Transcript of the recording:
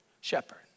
shepherd